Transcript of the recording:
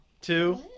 Two